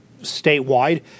statewide